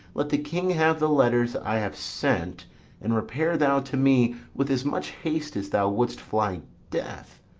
let the king have the letters i have sent and repair thou to me with as much haste as thou wouldst fly death.